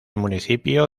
municipio